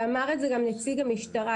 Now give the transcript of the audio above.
ואמר את זה גם נציג המשטרה,